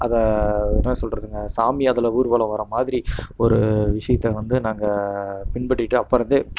அதை என்ன சொல்கிறதுங்க சாமி அதில் ஊர்வலம் வரமாதிரி ஒரு விஷயத்த வந்து நாங்கள் பின்பற்றி அப்போருந்தே